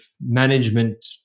management